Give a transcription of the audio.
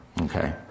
okay